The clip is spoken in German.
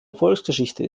erfolgsgeschichte